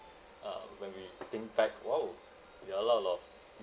ah when we think back !wow! we're a lot of